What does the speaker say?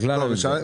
לכלל המגזרים.